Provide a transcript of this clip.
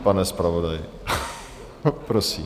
Pane zpravodaji, prosím...